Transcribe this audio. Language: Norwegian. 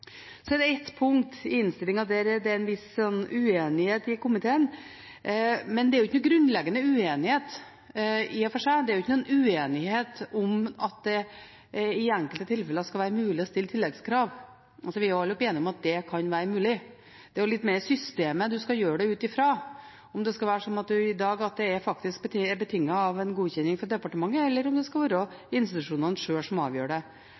er et punkt i innstillingen der det er en viss uenighet i komiteen, men det er ikke noen grunnleggende uenighet i og for seg. Det er ikke noen uenighet om at det i enkelte tilfeller skal være mulig å stille tilleggskrav. Vi var nok enige om at det kan være mulig. Det går mer på systemet en skal gjøre det ut fra, om det skal være slik som i dag at det faktisk er betinget av en godkjenning fra departementet, eller om det skal være institusjonene sjøl som avgjør det.